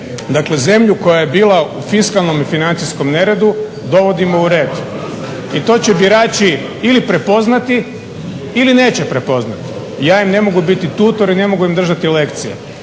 Dakle, zemlju koja je bila u fiskalnom i financijskom neredu dovodimo u red. I to će birači ili prepoznati ili neće prepoznati. Ja im ne mogu biti tutor i ne mogu im držati lekcije.